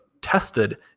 tested